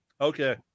Okay